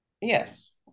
yes